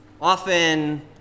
often